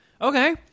Okay